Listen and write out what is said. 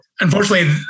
unfortunately